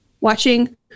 watching